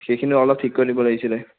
সেইখিনিও অলপ ঠিক কৰি দিব লাগিছিলে